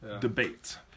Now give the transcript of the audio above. debate